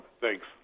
Thanks